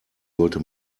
sollte